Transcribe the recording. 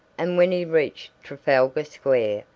and when he reached trafalgar square,